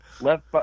left